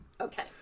okay